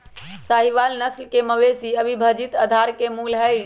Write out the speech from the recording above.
साहीवाल नस्ल के मवेशी अविभजित भारत के मूल हई